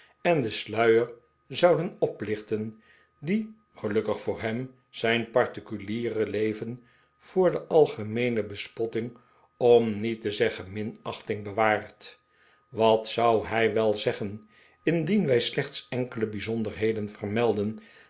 en den sluier zouden oplichten die r gelukkig voor hem zijn particuliere leven voor de algemeene bespotting om niet te zeggen minachting bewaart wat zou hij wel zeggen indien wij slcchts enkele bijzonderheden vermeldden